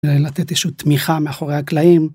לתת איזושהי תמיכה מאחורי הקלעים.